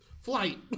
flight